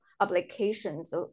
applications